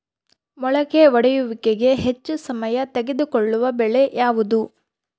ಮೊಳಕೆ ಒಡೆಯುವಿಕೆಗೆ ಹೆಚ್ಚು ಸಮಯ ತೆಗೆದುಕೊಳ್ಳುವ ಬೆಳೆ ಯಾವುದು?